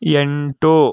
ಎಂಟು